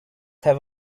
have